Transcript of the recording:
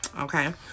Okay